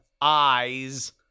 eyes